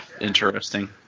Interesting